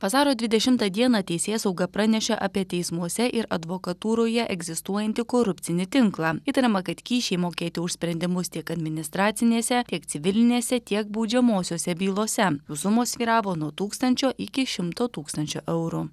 vasario dvidešimtą dieną teisėsauga pranešė apie teismuose ir advokatūroje egzistuojantį korupcinį tinklą įtariama kad kyšiai mokėti už sprendimus tiek administracinėse tiek civilinėse tiek baudžiamosiose bylose jų sumos svyravo nuo tūkstančio iki šimto tūkstančių eurų